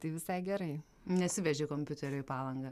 tai visai gerai nesiveži kompiuterio į palangą